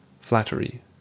Flattery